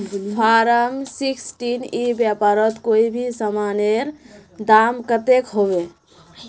Form sixteen ई व्यापारोत कोई भी सामानेर दाम कतेक होबे?